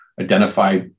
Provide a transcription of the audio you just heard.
identify